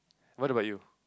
what about you